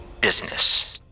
business